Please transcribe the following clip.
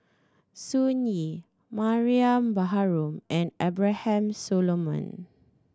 Sun Yee Mariam Baharom and Abraham Solomon